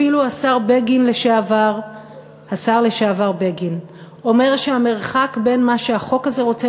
אפילו השר לשעבר בגין אומר שהמרחק בין מה שהחוק הזה רוצה